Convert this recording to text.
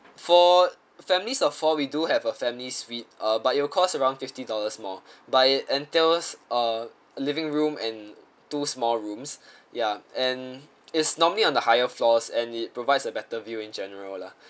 for families of four we do have a family suite uh but it will cost around fifty dollars more but it entails a living room and two small rooms ya and it's normally on the higher floors and it provides a better view in general lah